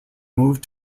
moved